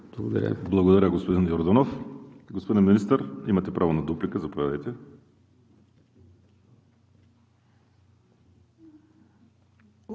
Благодаря, господин Йорданов. Господин Министър, имате право на дуплика. Заповядайте.